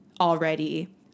already